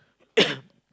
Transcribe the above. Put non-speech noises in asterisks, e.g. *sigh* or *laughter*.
*coughs*